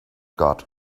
got